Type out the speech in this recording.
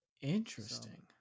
interesting